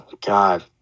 God